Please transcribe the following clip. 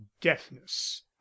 deafness